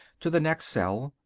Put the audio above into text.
to the next cell,